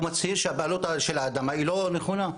הוא מצהיר שהבעלות של האדמה היא לא נכונה.